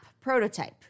prototype